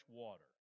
water